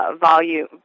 volume